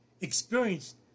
experienced